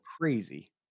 crazy